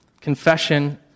Confession